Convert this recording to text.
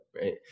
right